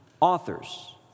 authors